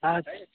हा